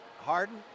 Harden